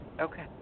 Okay